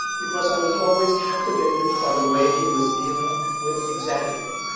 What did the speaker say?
because i was always captivated by the way he was dealing with exaggerating